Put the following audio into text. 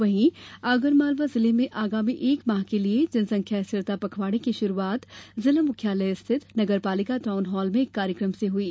वहीं आगरमालवा जिले में आगामी एक माह के लिये जनसंख्या स्थिरता पखवाड़े की शुरूआत जिला मुख्यालय स्थित नगर पालिका टाऊन हॉल में एक कार्यक्रम से हुई